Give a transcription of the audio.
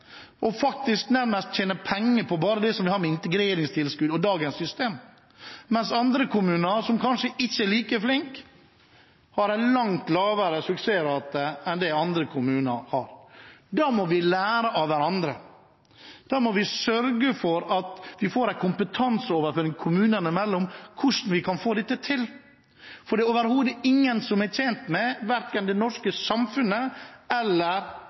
nærmest tjene penger bare på det som har med integreringstilskudd og dagens system å gjøre, mens andre kommuner, som kanskje ikke er like flinke, har en langt lavere suksessrate enn andre kommuner. Da må vi lære av hverandre. Vi må sørge for at vi får en kompetanseoverføring kommunene imellom om hvordan vi kan få dette til, for det er overhodet ingen – verken det norske samfunnet eller